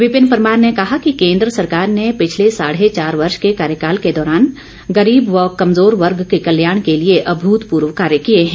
विपिन परमार ने ै कहा कि केंद्र सरकार ने पिछले साढ़े चार वर्ष के कार्यकाल के दौरान गरीब व कमजोर वर्ग के कल्याण के लिए अभूतपूर्व कार्य किए हैं